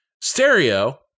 Stereo